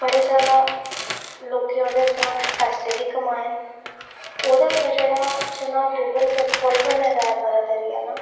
बड़े जैदा लोकें ओह्दे उप्परा पैसे बी कमाए न ओह्दे उप्पर जेह्ड़ा चन्हां रिवर पर जेह्ड़ा पुल बने दा ऐ बारातरी आह्ला